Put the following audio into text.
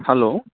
hello